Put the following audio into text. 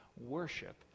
worship